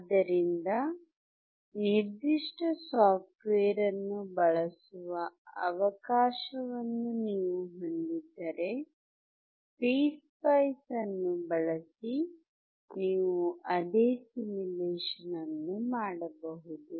ಆದ್ದರಿಂದ ನಿರ್ದಿಷ್ಟ ಸಾಫ್ಟ್ವೇರ್ ಅನ್ನು ಬಳಸುವ ಅವಕಾಶವನ್ನು ನೀವು ಹೊಂದಿದ್ದರೆ ಪಿಸ್ಪೈಸ್ ಬಳಸಿ ನೀವು ಅದೇ ಸಿಮ್ಯುಲೇಶನ್ ಅನ್ನು ಮಾಡಬಹುದು